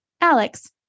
Alex